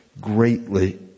greatly